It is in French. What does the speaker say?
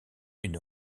une